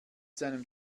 seinem